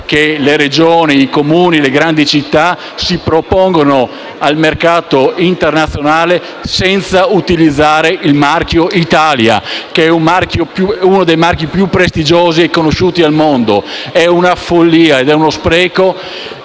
che le Regioni, i Comuni, le grandi città si propongono al mercato internazionale senza utilizzare il marchio Italia, che è uno dei marchi più prestigiosi e conosciuti al mondo. È una follia ed è uno spreco